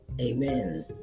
Amen